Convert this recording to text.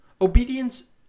Obedience